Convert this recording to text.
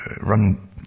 run